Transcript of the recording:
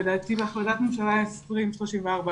לדעתי בהחלטת ממשלה 2034,